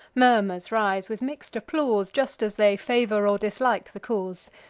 murmurs rise, with mix'd applause, just as they favor or dislike the cause.